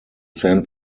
san